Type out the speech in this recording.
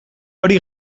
hori